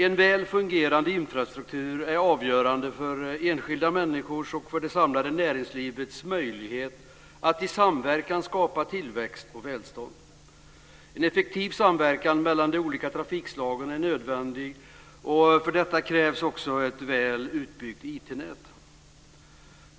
En väl fungerande infrastruktur är avgörande för enskilda människors och för det samlade näringslivets möjlighet att i samverkan skapa tillväxt och välstånd. En effektiv samverkan mellan de olika trafikslagen är nödvändig, och för detta krävs också ett väl utbyggt IT-nät.